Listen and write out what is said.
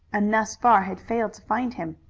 and thus far had failed to find him.